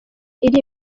iri